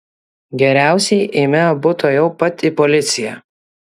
geriausiai eime abu tuojau pat į policiją